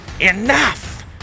Enough